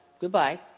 goodbye